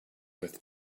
with